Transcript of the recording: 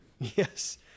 Yes